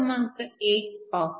1 पाहू